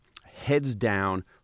heads-down